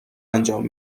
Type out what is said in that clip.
انجام